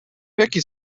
jaki